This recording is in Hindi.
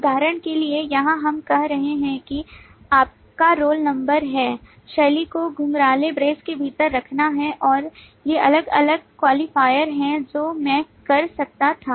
उदाहरण के लिए यहां हम कह रहे हैं कि आपका रोल नंबर है शैली को घुंघराले ब्रेस के भीतर रखना है और ये अलग अलग क्वालीफायर हैं जो मैं कर सकता था